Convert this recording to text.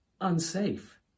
unsafe